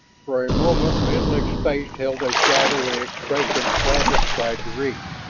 for a moment menlik's face held a shadowy expression travis tried to read.